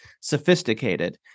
sophisticated